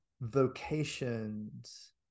vocations